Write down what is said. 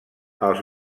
els